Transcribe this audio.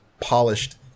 polished